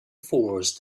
force